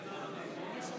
לא נתקבלה.